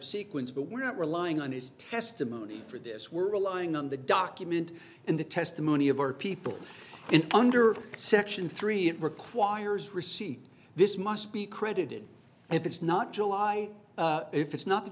sequence but we're not relying on his testimony for this we're relying on the document and the testimony of our people and under section three it requires receipt this must be credited if it's not july if it's not th